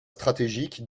stratégiques